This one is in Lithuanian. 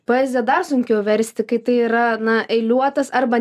poeziją dar sunkiau versti kai tai yra na eiliuotas arba